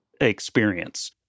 experience